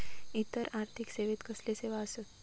इतर आर्थिक सेवेत कसले सेवा आसत?